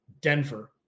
denver